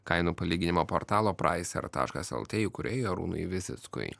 kainų palyginimo portalo praiser taškas lt įkūrėjui arūnui vizickui